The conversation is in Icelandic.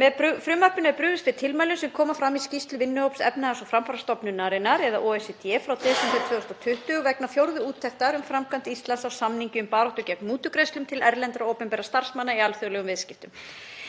Með frumvarpinu er brugðist við tilmælum sem koma fram í skýrslu vinnuhóps Efnahags- og framfarastofnunarinnar, OECD, frá desember 2020 vegna fjórðu úttektar um framkvæmd Íslands á samningi um baráttu gegn mútugreiðslum til erlendra opinberra starfsmanna í alþjóðlegum viðskiptum.